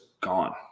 gone